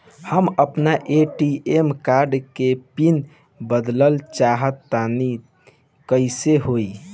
हम आपन ATM card के पीन बदलल चाहऽ तनि कइसे होई?